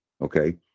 okay